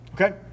Okay